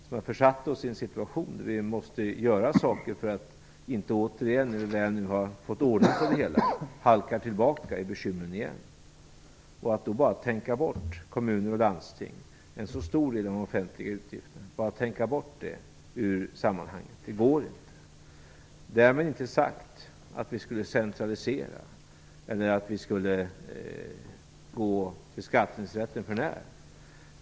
Det har försatt oss i en situation, där vi måste göra saker för att inte återigen, när vi nu har fått ordning på det hela, halka tillbaka i bekymren igen. Att bara tänka bort en så stor del av utgifterna som kommuner och landsting utgör i sammanhanget går inte. Därmed inte sagt att vi skulle centralisera eller gå beskattningsrätten för när.